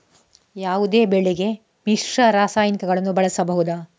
ಯಾವುದೇ ಬೆಳೆಗೆ ಮಿಶ್ರ ರಾಸಾಯನಿಕಗಳನ್ನು ಬಳಸಬಹುದಾ?